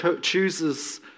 chooses